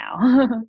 now